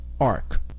ARC